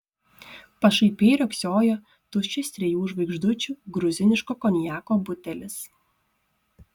pašaipiai riogsojo tuščias trijų žvaigždučių gruziniško konjako butelis